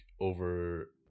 over